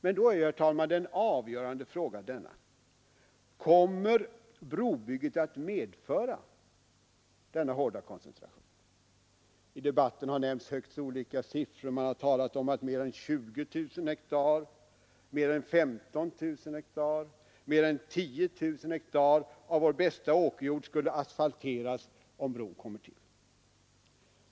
Den avgörande frågan, herr talman, är då: Kommer brobygget att medföra denna hårda koncentration? I debatten har högst olika siffror nämnts. Man har talat om att mer än 10 000. mer än 15 000 eller mer än 20 000 hektar av vår bästa åkerjord skulle asfalteras om bron kommer till.